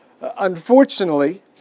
unfortunately